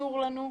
אסור לנו,